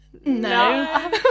no